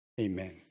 Amen